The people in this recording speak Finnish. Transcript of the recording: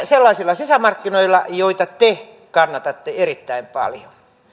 sellaisilla sisämarkkinoilla joita te kannatatte erittäin paljon